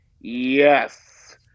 yes